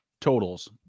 totals